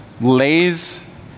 lays